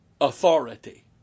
authority